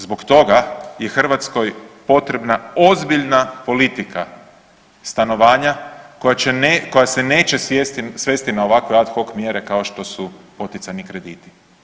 Zbog toga je Hrvatskoj potrebna ozbiljna politika stanovanja koja se neće svesti na ovakve ad hoc mjere kao što su poticajni krediti.